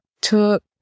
took